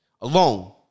alone